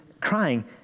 crying